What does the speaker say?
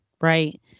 right